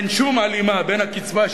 אין שום הלימה בין הקצבה,